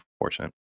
unfortunate